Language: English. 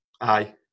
Aye